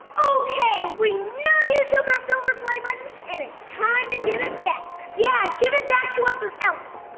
okay we our silver play button and it's time to give it back! yeah give it back to us or else!